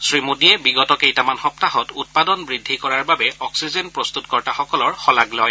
শ্ৰীমোদীয়ে বিগত কেইটামান সপ্তাহত উৎপাদন বৃদ্ধি কৰাৰ বাবে অক্সিজেন প্ৰস্ততকৰ্তাসকলৰ শলাগ লয়